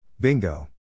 Bingo